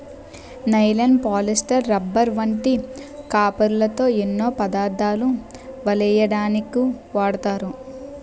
nylon, polyester, rubber వంటి కాపరుతో ఎన్నో పదార్ధాలు వలెయ్యడానికు వాడతారు